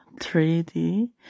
3D